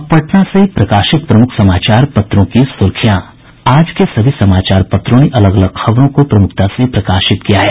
अब पटना से प्रकाशित प्रमुख समाचार पत्रों की सुर्खियां आज के सभी समाचार पत्रों ने अलग अलग खबरों को प्रमुखता से प्रकाशित किया है